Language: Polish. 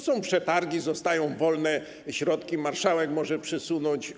Są przetargi, zostaną wolne środki, marszałek może to przesunąć.